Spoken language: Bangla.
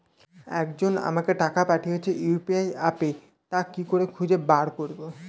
একজন আমাকে টাকা পাঠিয়েছে ইউ.পি.আই অ্যাপে তা কি করে খুঁজে বার করব?